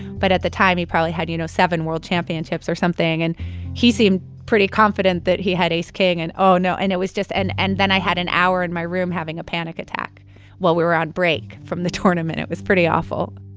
but at the time, he probably had, you know, seven world championships or something. and he seemed pretty confident that he had ace-king, and oh, no. and it was just and then i had an hour in my room having a panic attack while we were on break from the tournament. it was pretty awful